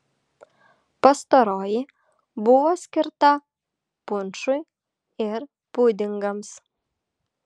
pastaroji buvo skirta punšui ir pudingams